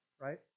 right